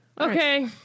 Okay